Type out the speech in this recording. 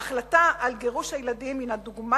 ההחלטה על גירוש הילדים היא דוגמה